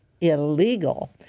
illegal